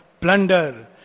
plunder